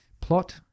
plot